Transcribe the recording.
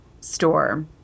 store